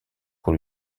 pour